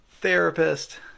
therapist